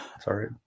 Sorry